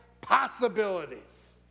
possibilities